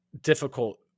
difficult